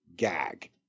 Gag